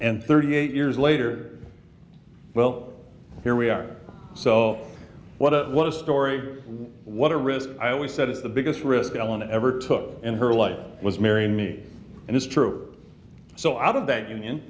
and thirty eight years later well here we are so what a story what a risk i always said the biggest risk i want to ever took in her life was marry me and it's true so out of that union